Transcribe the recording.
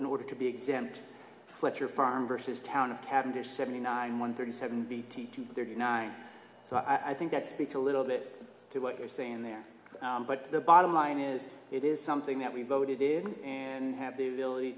in order to be exempt let your farm versus town of cavendish seventy nine one thirty seven be t two thirty nine so i think that speaks a little bit to what you're saying there but the bottom line is it is something that we voted in and have the ability